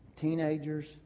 teenagers